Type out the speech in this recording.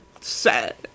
Sad